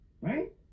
Right